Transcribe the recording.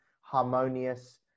harmonious